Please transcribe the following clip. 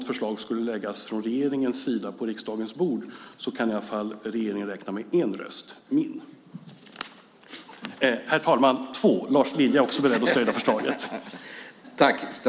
Om regeringen skulle lägga ett sådant förslag på riksdagens bord kan regeringen i alla fall räkna med en röst, min. Herr talman! Två röster. Lars Lilja är också beredd att stödja förslaget.